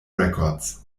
records